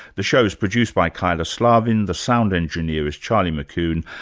the show is produced by kyla slaven, the sound engineer is charlie mckune.